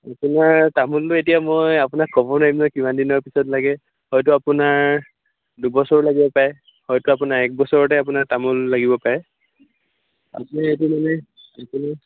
আপোনাৰ তামোলটো এতিয়া মই আপোনাক ক'ব নোৱাৰিম নহয় কিমান দিনৰ পিছত লাগে হয়টো আপোনাৰ দুবছৰ লাগিব পাৰে হয়টো আপোনাৰ এক বছৰতে আপোনাৰ তামোল লাগিব পাৰে আপুনি এইটো মানে আপুনি